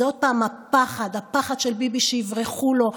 זה עוד פעם הפחד, הפחד של ביבי שיברחו לו.